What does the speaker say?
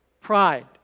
Pride